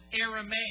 Aramaic